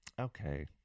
Okay